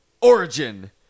Origin